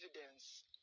evidence